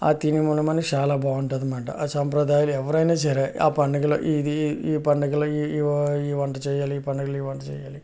ఆ తిని మనమని చాలా బాగుంటుందన్నమాట ఆ సంప్రదాయాలు ఎవరైనా సరే ఆ పండుగలు ఇది ఈ పండగల్లో ఈ వంట చేయాలి ఈ పండగల్లో ఈ వంట చేయాలి